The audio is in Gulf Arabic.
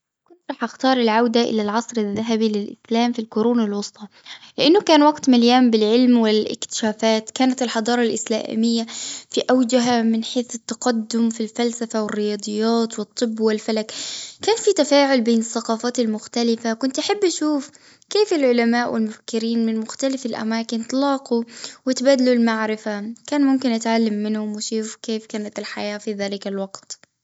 كنت راح أختار العودة إلي العصر الذهبي للأسلام في القرون الوسطى. لأنه كان وقت مليان بالعلم والأكتشافات كانت الحضارة الأسلامية في أوجها من حيث التقدم في الفلسفة والرياضيات والطب والفلك. كان في تفاعل بين الثقافات المختلفة. كنت أحب أشوف كيف العلماء والمفكرين من مختلف الأماكن تلاقوا وتبادلوا المعرفة. كان ممكن أتعلم منهم وأشوف كيف كانت الحياة في ذلك الوقت؟